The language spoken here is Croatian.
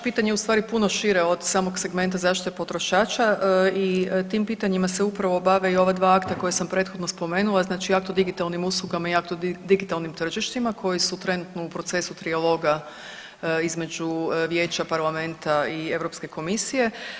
Vaše pitanje je ustvari puno šire od samog segmenta zaštite potrošača i tim pitanjima se upravo bave i ova dva akta koja sam prethodno spomenula, znači akt o digitalnim uslugama i akt o digitalnim tržištima koji su trenutno u procesu trijaloga između Vijeća, Parlamenta i EU komisije.